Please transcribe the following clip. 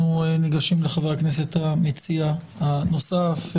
המציע הנוסף,